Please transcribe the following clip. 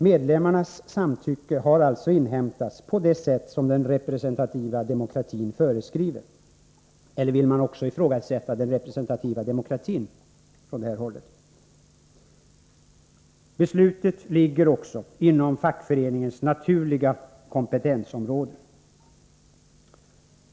Medlemmarnas samtycke har alltså inhämtats på det sätt som den representativa demokratin föreskriver. Eller vill man också ifrågasätta den representativa demokratin från borgerligt håll? Beslutet ligger också inom fackföreningens naturliga kompetensområde.